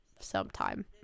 sometime